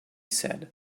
said